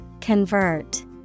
Convert